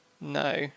no